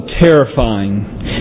terrifying